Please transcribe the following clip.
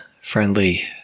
friendly